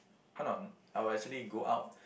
I would actually go out